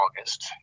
August